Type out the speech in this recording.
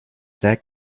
that